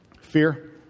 Fear